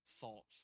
Thoughts